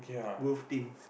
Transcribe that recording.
WolfTeam